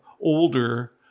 older